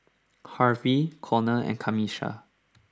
Harvy Conor and Camisha